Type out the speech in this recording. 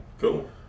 cool